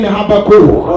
Habakkuk